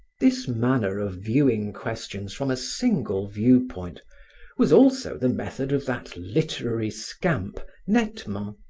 this manner of viewing questions from a single viewpoint was also the method of that literary scamp, nettement,